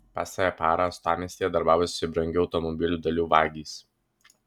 pastarąją parą uostamiestyje darbavosi brangių automobilių dalių vagys